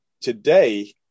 today